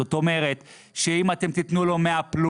זאת אומרת שאם אתם תיתנו לו 100 פלוס